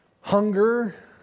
hunger